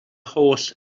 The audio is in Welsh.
holl